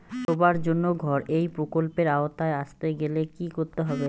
সবার জন্য ঘর এই প্রকল্পের আওতায় আসতে গেলে কি করতে হবে?